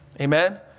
Amen